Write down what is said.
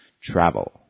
Travel